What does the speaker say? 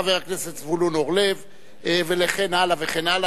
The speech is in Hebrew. חבר הכנסת זבולון אורלב וכן הלאה וכן הלאה,